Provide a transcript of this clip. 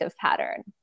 pattern